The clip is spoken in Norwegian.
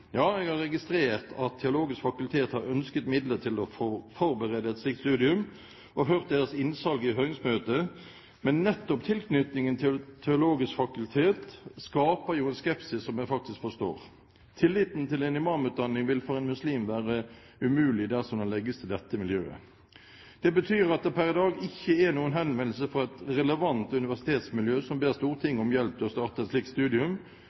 Ja, jeg har registrert at Det teologiske fakultet har ønsket midler til å forberede et slikt studium og hørt deres innsalg i høringsmøte, men nettopp tilknytningen til Det teologiske fakultet skaper jo en skepsis som jeg faktisk forstår. Å ha tillit til en imamutdanning vil for en muslim være umulig dersom den legges til dette miljøet. Det betyr at det per i dag ikke er noen henvendelse fra et relevant universitetsmiljø som ber Stortinget om hjelp til å starte et slikt studium,